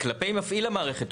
כלפי מפעיל המערכת,